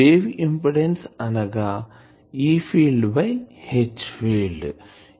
wave impedance అనగా E field by H field